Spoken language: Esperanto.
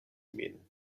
min